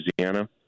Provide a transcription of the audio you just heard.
Louisiana